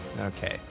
Okay